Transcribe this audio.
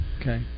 Okay